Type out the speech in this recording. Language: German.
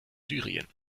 syrien